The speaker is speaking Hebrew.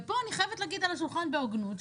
ופה אני חייבת להגיד על השולחן בהוגנות,